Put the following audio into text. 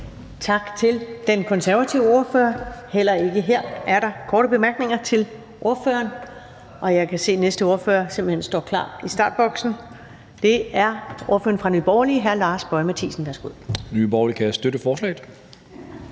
Tak til den konservative ordfører. Heller ikke her er der korte bemærkninger. Jeg kan se, at den næste ordfører står klar i startboksen, og det er ordføreren for Nye Borgerlige, hr. Lars Boje Mathiesen.